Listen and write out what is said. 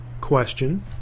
question